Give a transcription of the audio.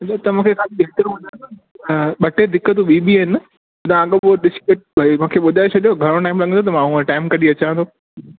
हा ॿ टे दिकतूं ॿियूं बि आहिनि तव्हां अॻोपो ॾिसी करे भाई मूंखे ॿुधाइ छॾियो घणो टाइम लॻंदो त मां उहो टाइम कढी अचां थो